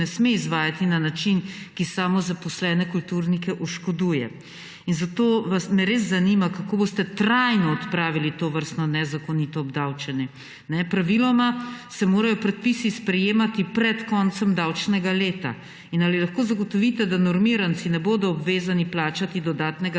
ne sme izvajati na način, ki samozaposlene kulturnike oškoduje. Zato me res zanima: Kako boste trajno odpravili tovrstno nezakonito obdavčenje? Praviloma se morajo predpisi sprejemati pred koncem davčnega leta: Ali lahko zagotovite, da normiranci ne bodo obvezani plačati dodatnega